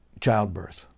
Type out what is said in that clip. childbirth